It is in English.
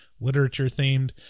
literature-themed